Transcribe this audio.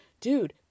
dude